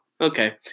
Okay